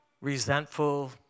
resentful